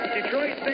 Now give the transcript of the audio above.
Detroit